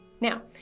Now